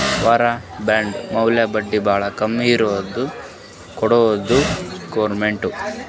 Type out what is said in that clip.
war bond ಮ್ಯಾಲ ಬಡ್ಡಿ ಭಾಳ ಕಮ್ಮಿ ಕೊಡ್ತಾರ್ ಗೌರ್ಮೆಂಟ್ನವ್ರು